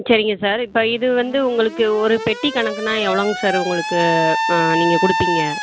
சரிங்க சார் இப்போ இது வந்து உங்களுக்கு ஒரு பெட்டிக்கணக்குன்னா எவ்வளோங்க சார் உங்களுக்கு நீங்கள் கொடுப்பீங்க